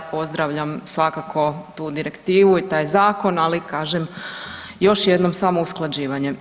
Pozdravljam svakako tu direktivu i taj zakon, ali kažem još jednom samo usklađivanje.